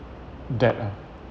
debt ah